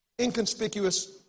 inconspicuous